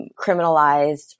criminalized